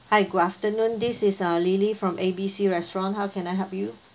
hi good afternoon this is uh lily from A B C restaurant how can I help you